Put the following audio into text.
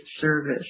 service